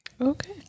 Okay